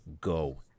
go